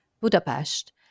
Budapest